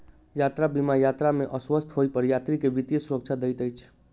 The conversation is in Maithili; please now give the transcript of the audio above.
यात्रा बीमा यात्रा में अस्वस्थ होइ पर यात्री के वित्तीय सुरक्षा दैत अछि